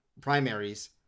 primaries